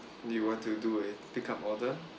you want to do a pickup order